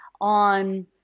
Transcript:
on